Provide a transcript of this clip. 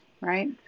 Right